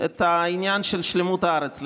את העניין של שלמות הארץ.